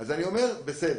אני אומר בסדר,